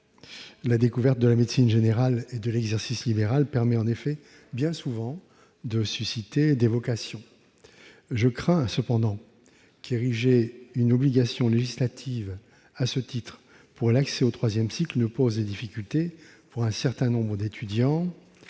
La découverte de la médecine générale et de l'exercice libéral permet en effet, bien souvent, de susciter des vocations. Je crains toutefois qu'ériger à ce titre une obligation législative pour l'accès au troisième cycle ne pose des difficultés pour un certain nombre d'étudiants,